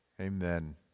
Amen